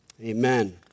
Amen